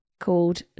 called